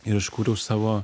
ir aš kūriau savo